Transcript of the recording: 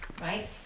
right